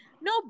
no